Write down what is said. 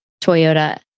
Toyota